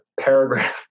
paragraph